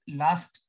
last